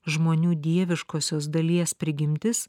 žmonių dieviškosios dalies prigimtis